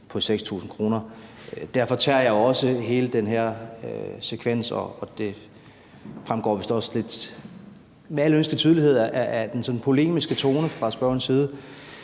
på 6.000 kr. Derfor tager jeg også hele den her sekvens – og det fremgår vist også med al ønskelig tydelighed af den sådan polemiske tone fra spørgerens side